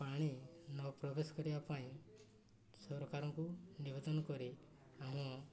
ପାଣି ନ ପ୍ରବେଶ କରିବା ପାଇଁ ସରକାରଙ୍କୁ ନିବେଦନ କରି ଆମ